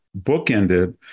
bookended